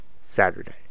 Saturday